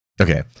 Okay